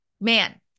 Man